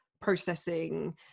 processing